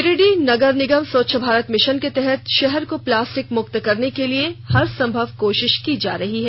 गिरिडीह नगर निगम स्वच्छ भारत मिशन के तहत शहर को प्लास्टिक मुक्त करने के लिए हर सम्भव कोशिश कर रहा है